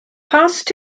passed